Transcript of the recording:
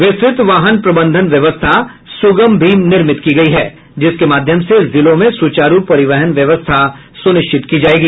विस्तृत वाहन प्रबंधन व्यवस्था सुगम भी निर्मित की गयी है जिसके माध्यम से जिलों में सुचारू परिवहन व्यवस्था सुनिश्चित की जायेगी